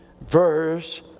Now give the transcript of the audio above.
verse